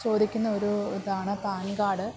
ചോദിക്കുന്ന ഒരു ഇതാണ് പാൻ കാർഡ്